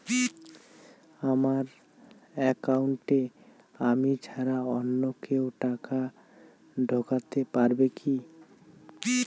আমার একাউন্টে আমি ছাড়া অন্য কেউ টাকা ঢোকাতে পারবে কি?